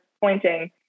pointing